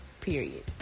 period